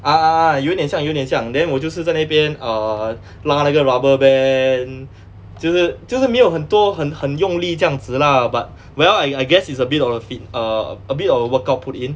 a'ah 有点像有点像 then 我就是在那边 err 拉那个 rubber band 就是就是没有很多很很用力这样子 lah but well I I guess it's a bit on your feet err a bit of a workout put in